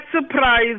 surprise